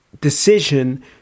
decision